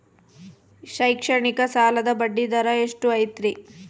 ಶೈಕ್ಷಣಿಕ ಸಾಲದ ಬಡ್ಡಿ ದರ ಎಷ್ಟು ಐತ್ರಿ?